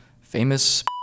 famous